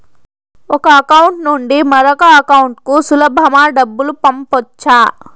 ఒక అకౌంట్ నుండి మరొక అకౌంట్ కు సులభమా డబ్బులు పంపొచ్చా